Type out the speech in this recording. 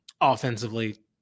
offensively